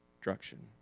destruction